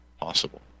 possible